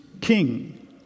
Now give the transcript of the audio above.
king